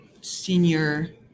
senior